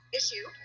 issue